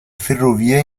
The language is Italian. ferrovia